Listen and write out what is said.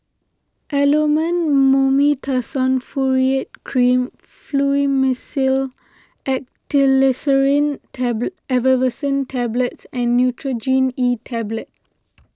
Elomet Mometasone Furoate Cream Fluimucil Effervescent Tablets and Nurogen E Tablet